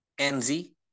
NZ